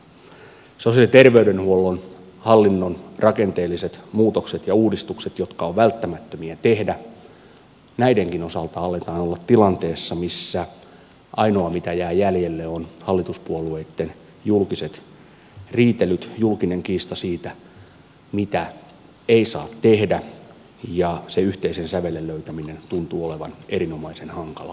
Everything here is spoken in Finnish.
myös sosiaali ja terveydenhuollon hallinnon rakenteellisten muutosten ja uudistusten jotka ovat välttämättömiä tehdä osalta aletaan olla tilanteessa missä ainoa mitä jää jäljelle on hallituspuolueitten julkiset riitelyt julkinen kiista siitä mitä ei saa tehdä ja sen yhteisen sävelen löytäminen tuntuu olevan erinomaisen hankalaa